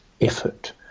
effort